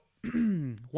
one